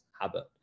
habit